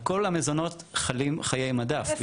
על כל המזונות חלים חיי מדף.